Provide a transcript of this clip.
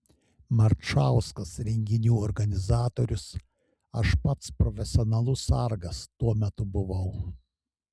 marčauskas renginių organizatorius aš pats profesionalus sargas tuo metu buvau